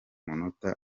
mutoza